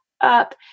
up